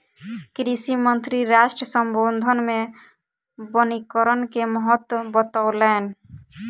कृषि मंत्री राष्ट्र सम्बोधन मे वनीकरण के महत्त्व बतौलैन